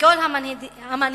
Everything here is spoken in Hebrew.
וכל המנהיגים,